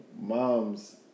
moms